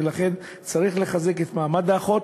ולכן, צריך לחזק את מעמד האחות.